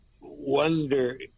wonder –